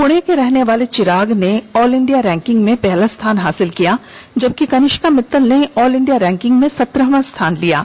पुणे के रहने वाले चिराग ने ऑल इंडिया रैंकिंग में पहला स्थान हासिल किया है जबकि कनिष्का मित्तल ने ऑल इंडिया रैंकिंग में सत्रहवां स्थान हासिल किया है